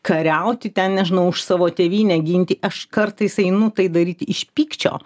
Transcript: kariauti ten nežinau už savo tėvynę ginti aš kartais einu tai daryti iš pykčio